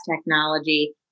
technology